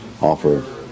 offer